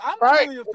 Right